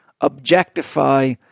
objectify